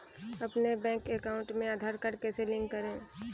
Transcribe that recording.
अपने bank account में Aadhaar card कैसे लिंक करें?